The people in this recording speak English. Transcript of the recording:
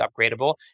upgradable